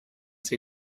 sie